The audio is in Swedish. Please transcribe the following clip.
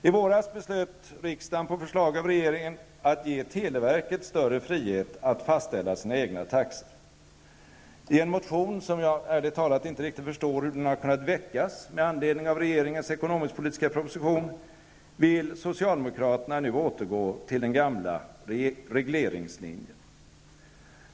I våras beslöt riksdagen på förslag av regeringen att ge televerket större frihet att fastställa sina egna taxor. I en motion, ärligt talat förstår jag inte riktigt hur den har kunnat väckas, med anledning av regeringens ekonomisk-politiska proposition, vill socialdemokraterna nu återgå till den gamla regleringslinjen.